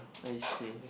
I see